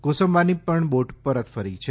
કોસંબાની પણ બોટ પરત ફરી રહી છે